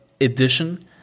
edition